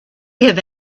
give